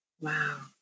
wow